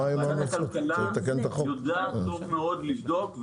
וועדת הכלכלה יודעת טוב מאוד לבדוק,